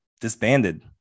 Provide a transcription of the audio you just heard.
disbanded